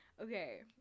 Okay